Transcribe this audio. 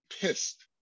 pissed